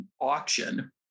auction